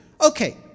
Okay